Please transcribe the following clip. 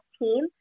team